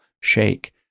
shake